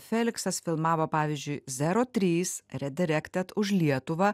feliksas filmavo pavyzdžiui zero trys rederektet už lietuvą